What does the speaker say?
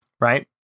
right